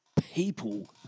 people